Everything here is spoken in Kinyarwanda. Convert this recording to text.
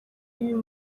y’uyu